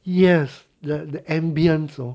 yes the ambience though